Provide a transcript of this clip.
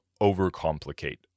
overcomplicate